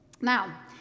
now